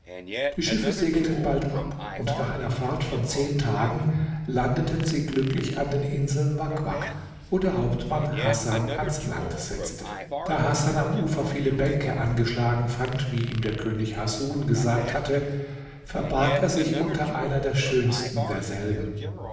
die schiffe segelten bald ab und nach einer fahrt von zehn tagen landeten sie glücklich an den inseln wak wak wo der hauptmann hasan ans land setzte da hasan am ufer viele bänke angeschlagen fand wie ihm der könig hasun gesagt hatte verbarg er sich unter einer der schönsten derselben